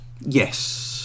Yes